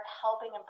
helping